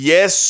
Yes